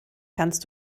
kannst